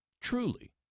Truly